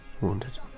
Wounded